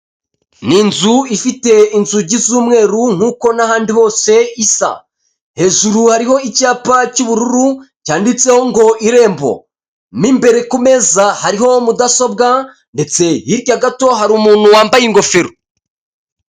Ni inzu ifite inzugi z'umweru nkuko n'ahandi hose isa. Hejuru hariho icyapa cy'ubururu cyanditseho ngo irembo. Mo imbere ku meza, hariho mudasobwa ndetse hirya gato hari umuntu wambaye ingofero.